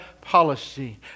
policy